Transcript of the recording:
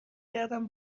کردن